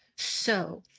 so,